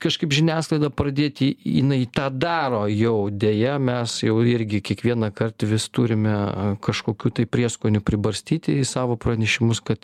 kažkaip žiniasklaidą pradėti jinai tą daro jau deja mes jau irgi kiekvienąkart vis turime kažkokių tai prieskonių pribarstyti į savo pranešimus kad